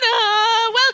Welcome